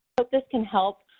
hope this can help